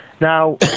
Now